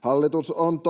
Hallitus on